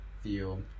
feel